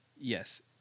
Yes